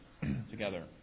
Together